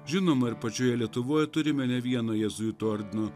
žinoma ir pačioje lietuvoj turime ne vieną jėzuitų ordino